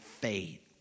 faith